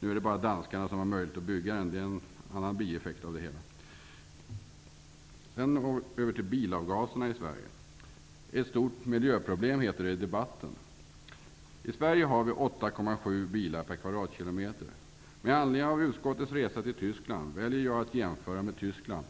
Nu är det bara danskarna som har möjlighet att bygga den. Det är en annan bieffekt av det hela. Det sägs i debatten att bilavgaserna är ett stort miljöproblem. I Sverige har vi 8,7 bilar per kvadratkilometer. Med anledning av trafikutskottets resa till Tyskland väljer jag att jämföra med förhållandena i Tyskland.